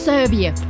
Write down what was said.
Serbia